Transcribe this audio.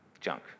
junk